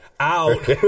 out